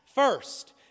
First